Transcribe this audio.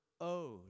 owed